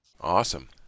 Awesome